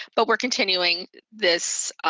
but we're continuing this